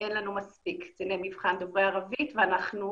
אין לנו מספיק קציני מבחן דוברי ערבית ואנחנו